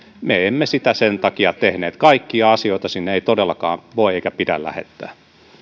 me emme sitä sen takia tehneet kaikkia asioita sinne ei todellakaan voi eikä pidä lähettää